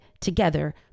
together